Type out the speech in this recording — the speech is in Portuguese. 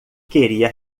queria